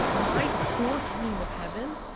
my core dream of heaven,